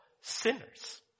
sinners